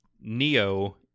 Neo